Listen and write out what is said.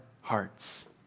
hearts